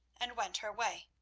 and went her way.